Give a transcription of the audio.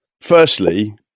Firstly